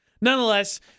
nonetheless